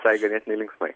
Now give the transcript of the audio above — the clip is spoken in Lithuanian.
visai ganėtinai linksmai